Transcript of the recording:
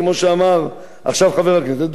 כמו שאמר עכשיו חבר הכנסת,